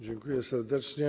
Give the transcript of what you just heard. Dziękuję serdecznie.